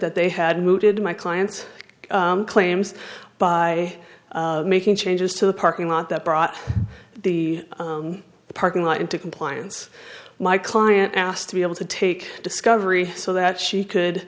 that they had mooted my client's claims by making changes to the parking lot that brought the parking lot into compliance my client asked to be able to take discovery so that she could